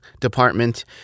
department